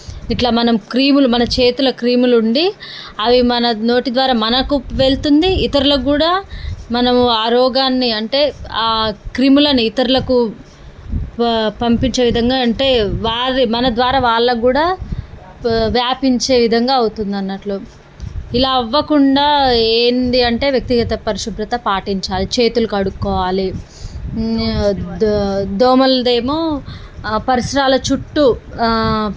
ఇట్ల మనం క్రిములు మన చేతుల్లో క్రిములు ఉండి అవి మన నోటి ద్వారా మనకు వెళుతుంది ఇతరులకు కూడా మనం ఆ రోగాన్ని అంటే ఆ క్రిములని ఇతరులకు ప పంపించే విధంగా అంటే వారి మన ద్వారా వాళ్ళకు కూడా వ్యాపించే విధంగా అవుతుంది అన్నట్లు ఇలా అవ్వకుండా ఏంది అంటే వ్యక్తిగత పరిశుభ్రత పాటించాలి చేతులు కడుక్కోవాలి దోమలది ఏమో పరిసరాల చుట్టూ